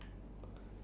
can can